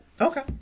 Okay